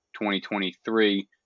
2023